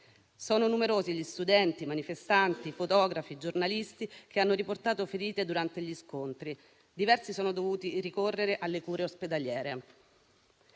Sono numerosi gli studenti, i manifestanti, i fotografi e i giornalisti che hanno riportato ferite durante gli scontri; diversi sono dovuti ricorrere alle cure ospedaliere.